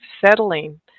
settling